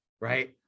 right